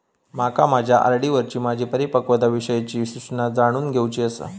माका माझ्या आर.डी वरची माझी परिपक्वता विषयची सूचना जाणून घेवुची आसा